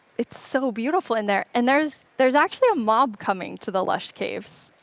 it's so beautiful in there. and there's there's actually a mob coming to the lush caves.